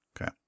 Okay